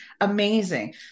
amazing